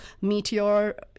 meteor